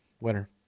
winner